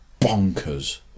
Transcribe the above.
bonkers